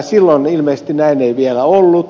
silloin ilmeisesti näin ei vielä ollut